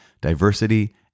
diversity